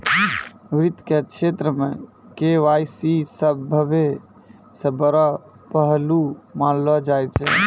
वित्त के क्षेत्र मे के.वाई.सी सभ्भे से बड़ो पहलू मानलो जाय छै